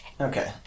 Okay